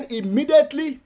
immediately